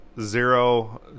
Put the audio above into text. zero